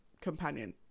companion